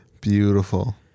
Beautiful